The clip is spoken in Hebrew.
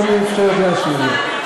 היא לא מאפשרת להשיב לה.